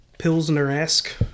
pilsner-esque